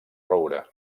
roure